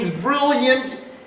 brilliant